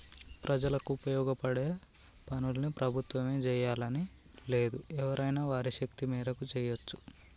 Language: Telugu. ప్రజలకు ఉపయోగపడే పనుల్ని ప్రభుత్వమే జెయ్యాలని లేదు ఎవరైనా వారి శక్తి మేరకు జెయ్యచ్చు